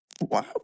Wow